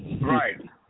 right